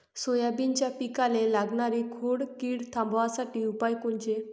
सोयाबीनच्या पिकाले लागनारी खोड किड थांबवासाठी उपाय कोनचे?